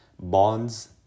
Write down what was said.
bonds